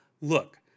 look